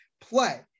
play